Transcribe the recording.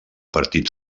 partit